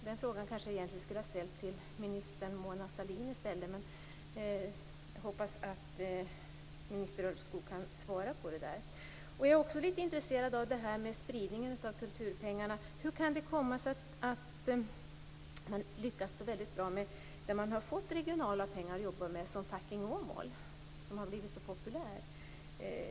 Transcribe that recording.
Den frågan skulle kanske egentligen ha ställts till statsrådet Mona Sahlin, men jag hoppas att minister Ulvskog kan svara på den. Jag är också lite intresserad av spridningen av kulturpengarna. Hur kan det komma sig att man lyckas så väldigt bra där man har fått regionala pengar att jobba med? Jag tänker t.ex. på Fucking Åmål, som har blivit så populär.